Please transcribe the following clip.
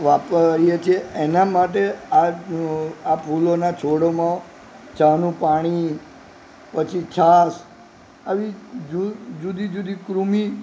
વાપરીએ છીએ એના માટે આ ફૂલોના છોડમાં ચાનું પાણી પછી છાશ આવી જુદી જુદી કૃમિ